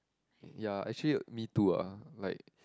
ya actually me too ah like